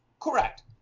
Correct